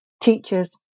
teachers